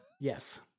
Yes